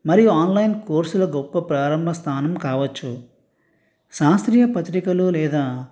మరియు ఆన్లైన్ కోర్సులు గొప్ప ప్రారంభ స్థానం కావచ్చు శాస్త్రీయ పత్రికలు లేదా